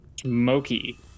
smoky